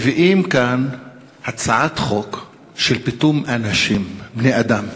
מביאים כאן הצעת חוק של פיטום אנשים, בני-אדם,